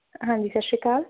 ਹਾਂਜੀ ਸਤਿ ਸ਼੍ਰੀ ਅਕਾਲ